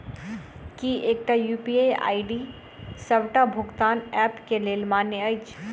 की एकटा UPI ID D सबटा भुगतान ऐप केँ लेल मान्य अछि?